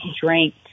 drank